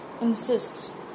insists